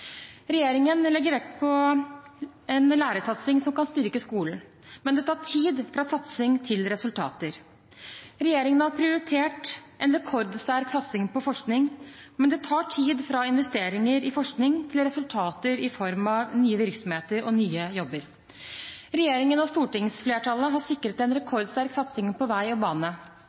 Regjeringen legger vekt på en lærersatsing som kan styrke skolen, men det tar tid fra satsing til resultater. Regjeringen har prioritert en rekordsterk satsing på forskning, men det tar tid fra investeringer i forskning til resultater i form av nye virksomheter og nye jobber. Regjeringen og stortingsflertallet har sikret en rekordsterk satsing på vei og bane.